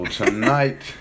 tonight